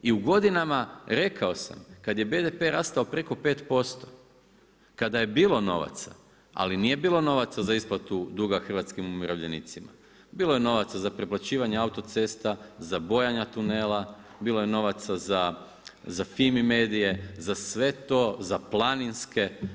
I u godinama, rekao sam kada je BDP rastao preko 5%, kada je bilo novaca ali nije bilo novaca za isplatu duga hrvatskim umirovljenicima, bilo je novaca za preplaćivanje autocesta, za bojanja tunela, bilo je novaca za FIMI MEDIA-e, za sve to, za Planinske.